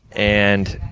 and,